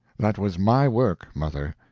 that was my work, mother!